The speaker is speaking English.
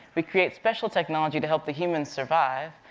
we create special technology to help the human survive.